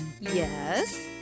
Yes